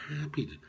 happy